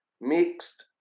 mixed